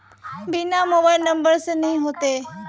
बिना mobile number से नहीं होते?